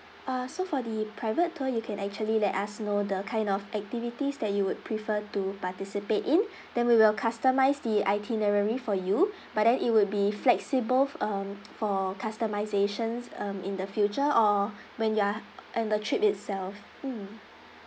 uh so for the private tour you can actually let us know the kind of activities that you would prefer to participate in then we will customise the itinerary for you but then it would be flexible um for customisations um in the future or when you are in the trip itself mm